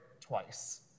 twice